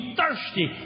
thirsty